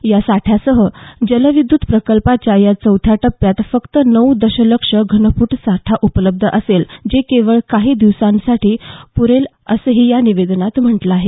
या साठ्यासह जलविद्युत प्रकल्पाच्या या चौथ्या टप्प्यात फक्त नऊ दशलक्ष घनफूट साठा उपलब्ध असेल जे केवळ काही दिवसांसाठी प्रेसं असेल असंही या निवेदनात नमुद आहे